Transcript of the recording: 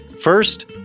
First